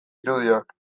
irudiak